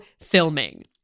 filming